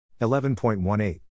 11.18